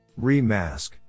Remask